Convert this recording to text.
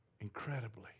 incredibly